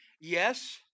Yes